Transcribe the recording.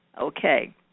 Okay